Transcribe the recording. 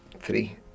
Three